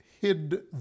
hid